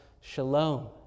shalom